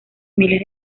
miles